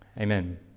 amen